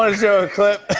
ah show a clip.